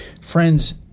Friends